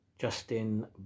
Justin